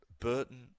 Burton